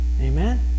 Amen